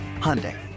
Hyundai